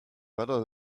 better